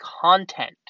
content